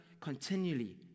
continually